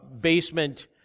basement